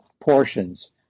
portions